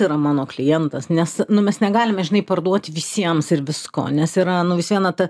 yra mano klientas nes nu mes negalime žinai parduoti visiems ir visko nes yra nu vis viena ta